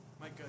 Mike